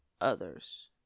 others